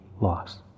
loss